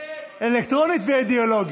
אלקטרונית ואידיאולוגית.